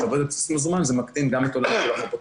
כשעובד על בסיס מזומן זה מקטין גם את החובות האבודים.